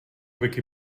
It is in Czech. wiki